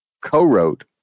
co-wrote